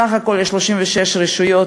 בסך הכול יש 36 רשויות,